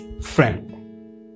friend